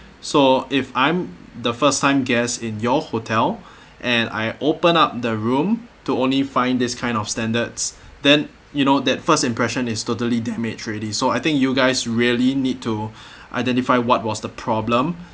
so if I'm the first-time guests in your hotel and I open up the room to only find this kind of standards then you know that first impression is totally damaged already so I think you guys really need to identify what was the problem